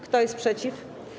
Kto jest przeciw?